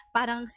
Parang